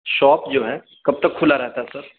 shop جو ہے کب تک کھلا رہتا ہے سر